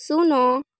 ଶୂନ